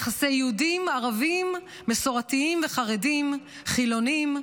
יחסי יהודים ערבים, מסורתיים וחרדים, חילונים.